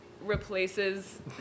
replaces